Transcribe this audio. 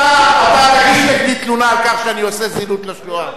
אתה תגיש נגדי תלונה על כך שאני עושה זילות לשואה.